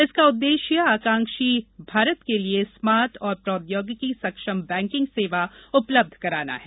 इसका उद्देश्य आकांक्षी भारत के लिए स्मार्ट और प्रौद्योगिकी सक्षम बैंकिंग सेवा उपलब्ध कराना है